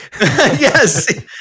Yes